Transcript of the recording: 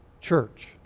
church